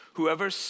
Whoever